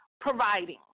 providing